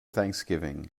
thanksgiving